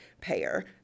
payer